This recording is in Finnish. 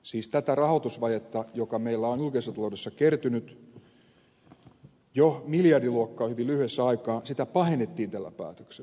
siis tätä rahoitusvajetta joka meillä on julkisessa taloudessa kertynyt jo miljardiluokkaa hyvin lyhyessä aikaa sitä pahennettiin tällä päätöksellä